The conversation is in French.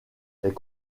est